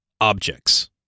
objects